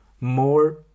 more